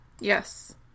Yes